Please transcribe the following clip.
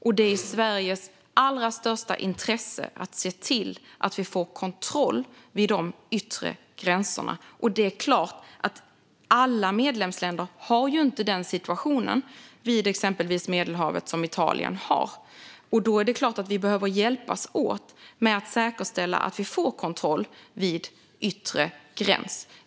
Det ligger i Sveriges allra största intresse att se till att vi får kontroll vid de yttre gränserna. Det är klart att alla medlemsländer inte befinner sig i samma situation som exempelvis Italien gör vid Medelhavet. Vi behöver därför självklart hjälpas åt att säkerställa att vi får kontroll vid yttre gräns.